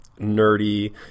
nerdy